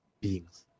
beings